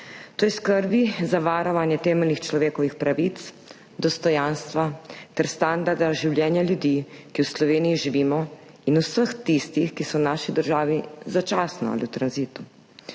to je skrbi za varovanje temeljnih človekovih pravic, dostojanstva ter standarda življenja ljudi, ki v Sloveniji živimo, in vseh tistih, ki so v naši državi začasno ali v tranzitu.